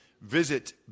Visit